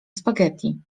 spaghetti